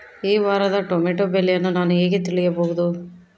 ಈ ವಾರದ ಟೊಮೆಟೊ ಬೆಲೆಯನ್ನು ನಾನು ಹೇಗೆ ತಿಳಿಯಬಹುದು?